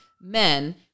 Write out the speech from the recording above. men